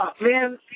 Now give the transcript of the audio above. Man